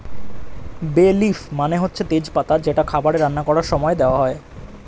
বে লিফ মানে হচ্ছে তেজ পাতা যেটা খাবারে রান্না করার সময়ে দেওয়া হয়